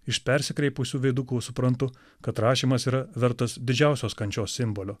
iš persikreipusių veidukų suprantu kad rašymas yra vertas didžiausios kančios simbolio